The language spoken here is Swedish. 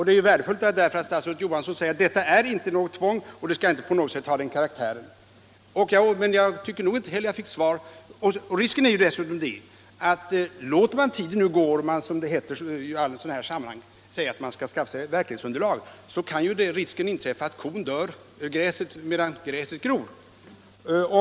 Det är värdefullt att statsrådet Johansson säger att det inte är något tvång eller att förordningen inte på något sätt skall ha den karaktären, men om man nu bara låter tiden gå och säger, som alltid i sådana sammanhang, att man skall skaffa sig ett verklighetsunderlag, kan ju det inträffa att kon dör medan gräset gror.